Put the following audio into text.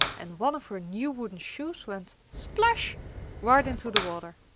and one of her new wooden shoes went splash right into the water!